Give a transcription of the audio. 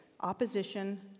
opposition